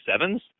sevens